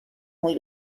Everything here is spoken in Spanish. muy